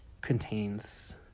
contains